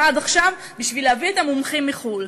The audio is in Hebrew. עד עכשיו בשביל להביא את המומחים מחו"ל.